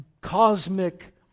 cosmic